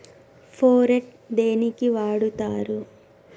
Phorate దేనికి వాడుతరు?